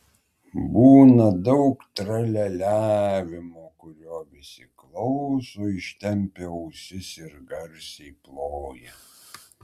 būna daug tralialiavimo kurio visi klauso ištempę ausis ir garsiai ploja